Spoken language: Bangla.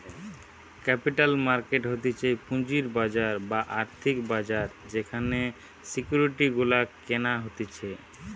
ক্যাপিটাল মার্কেট হতিছে পুঁজির বাজার বা আর্থিক বাজার যেখানে সিকিউরিটি গুলা কেনা হতিছে